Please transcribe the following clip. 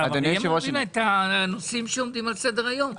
אני לא מבין את הנושאים שעומדים על סדר היום.